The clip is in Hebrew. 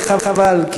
וחבל,